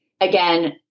again